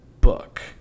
book